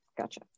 Gotcha